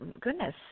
goodness